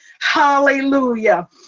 Hallelujah